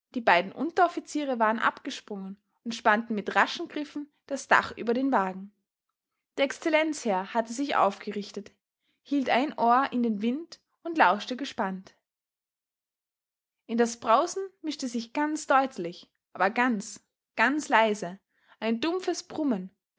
die beiden unteroffiziere waren abgesprungen und spannten mit raschen griffen das dach über den wagen der excellenzherr hatte sich aufgerichtet hielt ein ohr in den wind und lauschte gespannt in das brausen mischte sich ganz deutlich aber ganz ganz leise ein dumpfes brummen